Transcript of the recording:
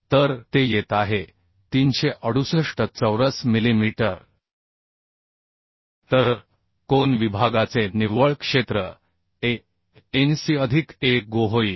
तर ते येत आहे 368 चौरस मिलीमीटर तर कोन विभागाचे निव्वळ क्षेत्र Ancअधिक Agoहोईल